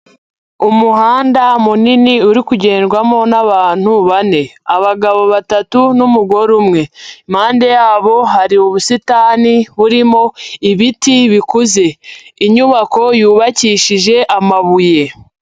Umuhanda munini uri kugendwamo n'abantu bane: Abagabo batatu n'umugore umwe, impande yabo hari ubusitani burimo ibiti bikuze, inyubako yubakishije amabuye.